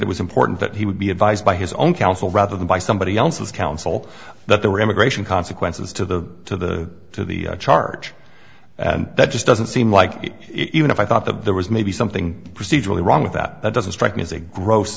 it was important that he would be advised by his own counsel rather than by somebody else's counsel that there were immigration consequences to the to the to the charge and that just doesn't seem like it even if i thought that there was maybe something procedurally wrong with that that doesn't strike me as a gross